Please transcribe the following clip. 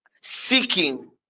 seeking